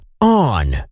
On